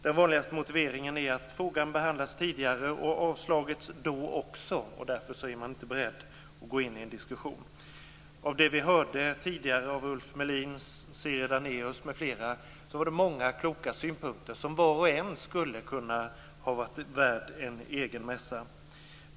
Den vanligaste motiveringen är att frågan behandlats tidigare och då avslagits, och därför är man inte beredd att gå in i en diskussion. Tidigare hörde vi många kloka synpunkter från Ulf Melin, Siri Dannaeus m.fl. som var och en skulle kunna ha varit värd en egen mässa.